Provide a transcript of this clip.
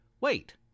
Wait